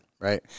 right